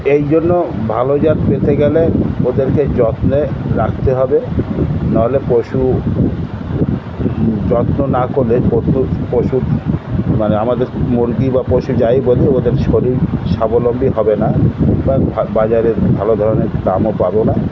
এই জন্য ভালো জাত পেতে গেলে ওদেরকে যত্নে রাখতে হবে নাহলে পশু যত্ন না করলে পশুর মানে আমাদের মুরগি বা পশু যাই বলতে ওদের শরীর সাবলম্বী হবে না এবার বাজারে ভালো ধরনের দামও পাবো না